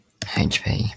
HP